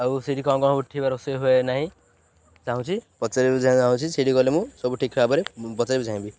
ଆଉ ସେଇଠି କ'ଣ କ'ଣ ରୋଷେଇ ହୁଏ ନାହିଁ ଚାହୁଁଛି ପଚାରିବାକୁ ଚାଁ ଚାହୁଁଛି ସେଇଠି ଗଲେ ମୁଁ ସବୁ ଠିକ୍ ଭାବରେ ପଚାରିବାକୁ ଚାହିଁବି